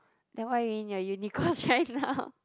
then why you're in your uni course right now